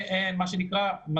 מה שנקרא,